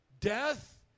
death